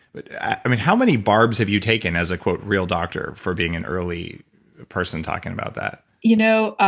but how many barbs have you taken as a quote real doctor for being an early person talking about that? you know,